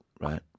right